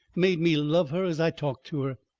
made me love her as i talked to her.